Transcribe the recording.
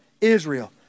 Israel